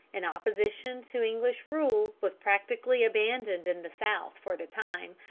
and opposition to english rule was practically abandoned in the south for the time,